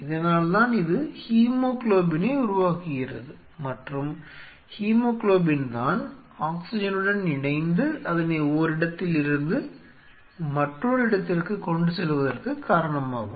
இதனால்தான் இது ஹீமோகுளோபினை உருவாக்குகிறது மற்றும் ஹீமோகுளோபின்தான் ஆக்ஸிஜனுடன் இணைந்து அதனை ஓரிடத்திலிருந்து மற்றொரு இடத்திற்கு கொண்டு செல்வதற்கு காரணமாகும்